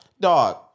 dog